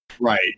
right